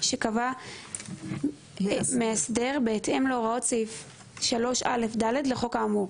שקבע מאסדר בהתאם להוראות סעיף 3א(ד) לחוק האמור".